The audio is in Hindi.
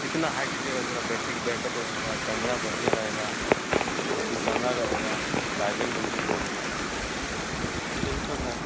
जितना हाई लीजिएगा उतना बैट्टीक बैकअप रहेगा कैमरा बढ़िया रहेगा एच डी कैमरा रहेगा चार्जिंग बढ़िया मिलेगा और यही सब है